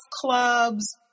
clubs